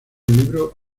libro